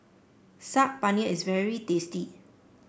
Saag Paneer is very tasty